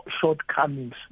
shortcomings